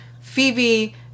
Phoebe